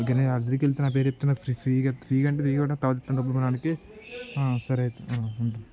okay ఆడికి వెళితే నా పేరు చెప్తున్నా ఫ్రీగా ఫ్రీ అంట ఫ్రీ కూడా కావాల్సిన డబ్బులు మా వాళ్ళకి సరే అయితే ఉండు